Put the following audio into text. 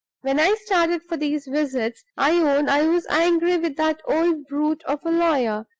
when i started for these visits, i own i was angry with that old brute of a lawyer,